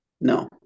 no